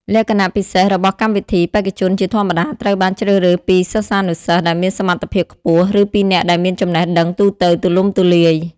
លក្ខណៈពិសេសរបស់កម្មវិធី បេក្ខជនជាធម្មតាត្រូវបានជ្រើសរើសពីសិស្សានុសិស្សដែលមានសមត្ថភាពខ្ពស់ ឬពីអ្នកដែលមានចំណេះដឹងទូទៅទូលំទូលាយ។